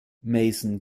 mason